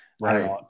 Right